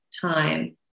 time